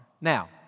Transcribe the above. Now